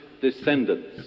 descendants